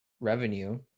revenue